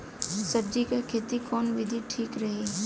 सब्जी क खेती कऊन विधि ठीक रही?